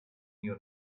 your